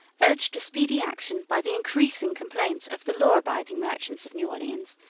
urged to speedy action by the increasing complaints of the law-abiding merchants of new orleans,